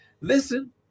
listen